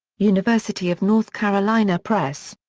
university of north carolina press.